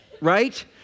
right